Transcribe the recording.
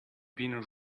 been